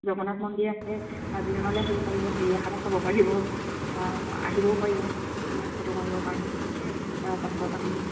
জগন্নাথ মন্দিৰ আছে কাজিৰঙালৈ আহিব পাৰিব চিৰিয়াখানা চাব পাৰিব আহিবও পাৰিব মানে ফটো মাৰিবৰ কাৰণে তাৰপাছত আপুনি